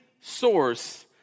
source